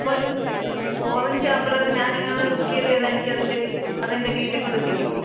അപ്പോൾ ഓറഞ്ചും ആപ്പ്ളോക്കെ ഞാന് നിങ്ങളോട് ബുക്ക് ചെയ്ത് ചെയ്താൽ എനിക്ക് അതെന്റെ അതെന്റെ വീട്ടിൽക്കൊണ്ട് എത്തിക്കുമോ